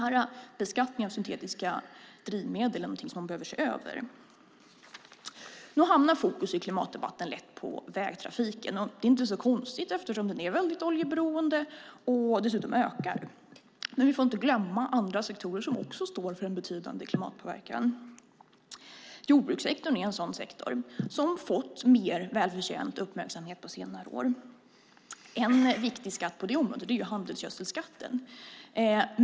Denna beskattning av syntetiska drivmedel är alltså någonting som man behöver se över. Nu hamnar fokus i klimatdebatten lätt på vägtrafiken. Det är inte så konstigt eftersom den är mycket oljeberoende och dessutom ökar. Men vi får inte glömma andra sektorer som också står för en betydande klimatpåverkan. Jordbrukssektorn är en sådan sektor som fått mer välförtjänt uppmärksamhet på senare år. En viktig skatt på detta område är handelsgödselskatten.